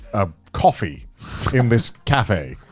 a coffee in this cafe.